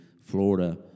Florida